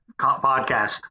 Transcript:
podcast